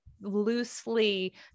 loosely